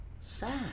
sad